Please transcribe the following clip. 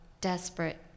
desperate